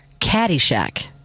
Caddyshack